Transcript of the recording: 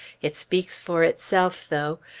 it speaks for itself, though.